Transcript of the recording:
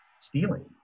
stealing